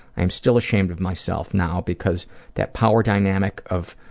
i'm still ashamed of myself now because that power dynamic of